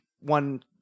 one